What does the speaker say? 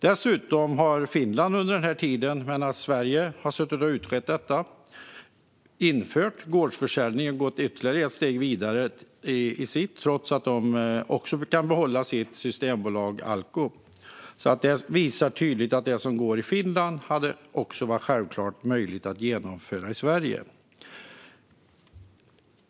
Dessutom har Finland under den här tiden, medan vi i Sverige har suttit och utrett detta, infört gårdsförsäljning och därmed gått ett steg vidare, fastän de kan behålla sitt systembolag Alko. Det som går att göra i Finland hade självklart också varit möjligt att genomföra i Sverige.